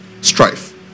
Strife